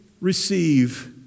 receive